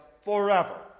forever